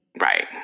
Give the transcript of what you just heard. Right